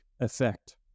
effect